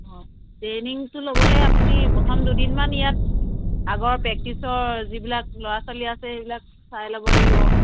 অ ট্ৰেইনিঙটো ল'বলৈ আপুনি প্ৰথম দুদিনমান ইয়াত আগৰ প্ৰেক্টিচৰ যিবিলাক ল'ৰা ছোৱালী আছে সেইবিলাক চাই ল'ব লাগিব